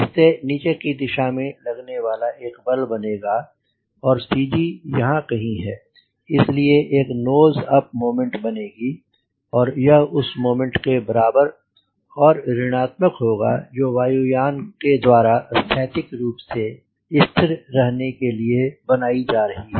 इससे नीचे की दिशा में लगने वाला एक बल बनेगा और CG यहाँ कहीं है इसलिए एक नोज अप मोमेंट बनेगी और यह उस मोमेंट के बराबर और ऋणात्मक होगा जो वायुयान के द्वारा स्थैतिक रूप से स्थिर रहने के लिए बनायी जा रही है